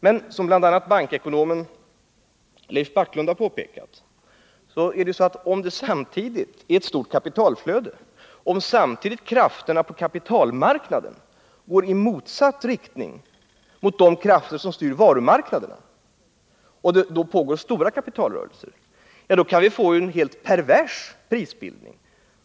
Men om det, som bl.a. bankekonomen Leif Backlund har påpekat, är ett stort kapitalflöde samtidigt som krafterna på kapitalmarknaden går i motsatt riktning mot de krafter som styr varumarknaden, ja, då kan vi få en helt pervers prisbildning.